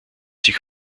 sich